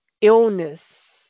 illness